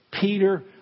Peter